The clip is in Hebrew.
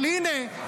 אבל הינה,